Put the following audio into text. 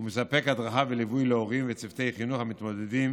ומספק הדרכה וליווי להורים וצוותי חינוך המתמודדים